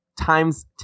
Times